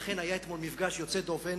לכן היה אתמול מפגש יוצא דופן